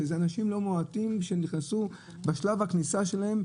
שזה אנשים לא מועטים שנכנסו בשלב הכניסה שלהם,